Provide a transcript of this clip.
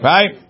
Right